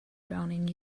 drowning